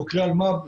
חוקרי אלמ"ב,